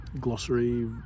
glossary